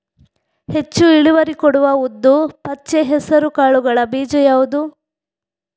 ಹೆಚ್ಚು ಇಳುವರಿ ಕೊಡುವ ಉದ್ದು, ಪಚ್ಚೆ ಹೆಸರು ಕಾಳುಗಳ ಬೀಜ ಯಾವುದು?